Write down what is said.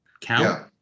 count